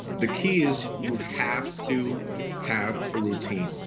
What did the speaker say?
the key is you have to have a routine,